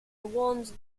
warned